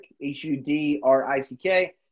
H-U-D-R-I-C-K